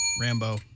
Rambo